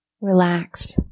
relax